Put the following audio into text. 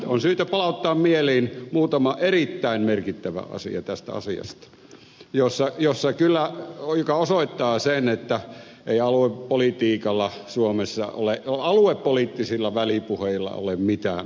on syytä palauttaa mieliin muutama erittäin merkittävä asia tästä asiasta joka kyllä osoittaa sen että ei suomessa aluepoliittisilla välipuheilla ole mitään merkitystä